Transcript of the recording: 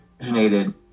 originated